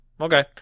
Okay